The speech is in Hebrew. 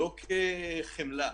לא כחמלה,